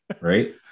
right